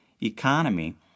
economy